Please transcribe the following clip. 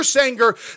Anger